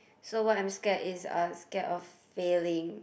so what I'm scared is uh scared of failing